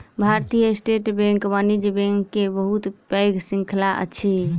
भारतीय state bank वाणिज्य bank के बहुत पैघ श्रृंखला अछि